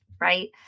right